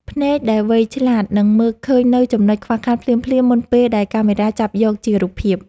ភ្នែកដែលវៃឆ្លាតនឹងមើលឃើញនូវចំណុចខ្វះខាតភ្លាមៗមុនពេលដែលកាមេរ៉ាចាប់យកជារូបភាព។